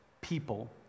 people